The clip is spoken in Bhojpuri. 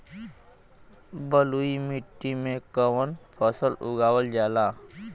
बलुई मिट्टी में कवन फसल उगावल जाला?